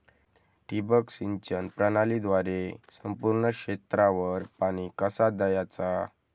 ठिबक सिंचन प्रणालीद्वारे संपूर्ण क्षेत्रावर पाणी कसा दयाचा?